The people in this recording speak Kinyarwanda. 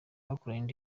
bakoranye